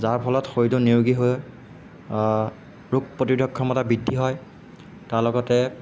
যাৰ ফলত শৰীৰটো নিয়োগী হৈ ৰোগ প্ৰতিৰোধক বৃদ্ধি হয় তাৰ লগতে